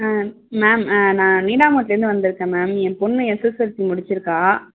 ma'am நான் நீடாமங்கலத்துலேந்து வந்துருக்கேன் மேம் என் பொண்ணு எஸ்எஸ்எல்சி முடிச்சிருக்கா